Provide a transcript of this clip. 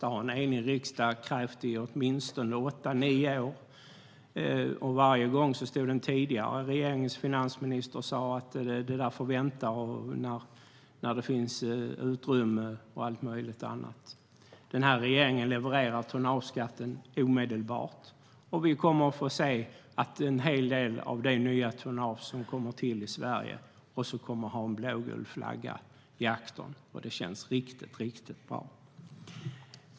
Det har en enig riksdag krävt i åtminstone åtta nio år. Varje gång stod den tidigare regeringens finansminister och sa att det får vänta tills det finns utrymme och så vidare. Den här regeringen levererar tonnageskatten omedelbart. Vi kommer att få se att en hel del av det nya tonnage som tillkommer i Sverige också kommer att ha en blågul flagga i aktern. Det känns riktigt bra.